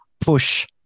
push